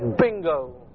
Bingo